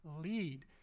lead